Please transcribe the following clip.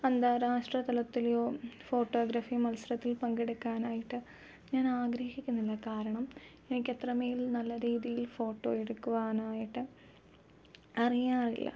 അന്താരാഷ്ട്ര തലത്തിലെയോ ഫോട്ടോഗ്രഫി മത്സരത്തിൽ പങ്കെടുക്കാനായിട്ട് ഞാൻ ആഗ്രഹിക്കുന്നില്ല കാരണം എനിക്കത്രമേൽ നല്ല രീതിയിൽ ഫോട്ടോ എടുക്കുവാനായിട്ട് അറിയാറില്ല